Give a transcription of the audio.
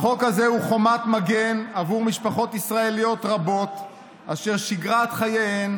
החוק הזה הוא חומת מגן עבור משפחות ישראליות רבות אשר שגרת חייהן,